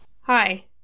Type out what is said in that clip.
Hi